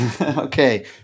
Okay